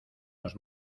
nos